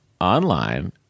online